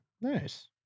Nice